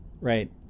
right